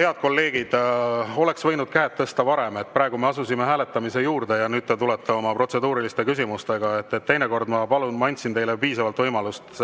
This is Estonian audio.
Head kolleegid, oleksite võinud käed tõsta varem. Me oleme asunud hääletamise juurde ja nüüd te tulete oma protseduuriliste küsimustega. Ma palun, ma andsin teile piisavalt võimalust